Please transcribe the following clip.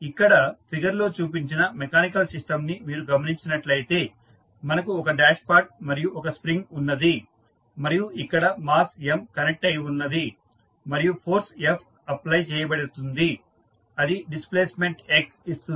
ఇక్కడ ఫిగర్ లో చూపించిన మెకానికల్ సిస్టమ్ ని మీరు గమనించినట్లయితే మనకు ఒక డాష్ పాట్ మరియు ఒక స్ప్రింగ్ ఉన్నది మరియు ఇక్కడ మాస్ M కనెక్ట్ అయి ఉన్నది మరియు ఫోర్స్ F అప్ప్లై చేయబడుతుంది అది డిస్ప్లేస్మెంట్ x ఇస్తుంది